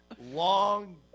long